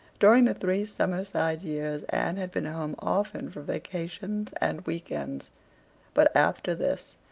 during the three summerside years anne had been home often for vacations and weekends but, after this,